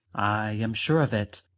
i am sure of it.